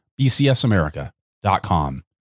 bcsamerica.com